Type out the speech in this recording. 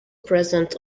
present